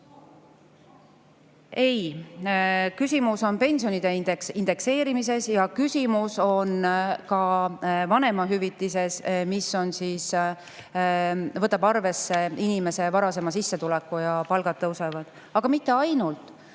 Ei, küsimus on pensionide indekseerimises ja küsimus on ka vanemahüvitises, mis võtab arvesse inimese varasema sissetuleku, ja palgad tõusevad. Aga mitte ainult.